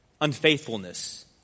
unfaithfulness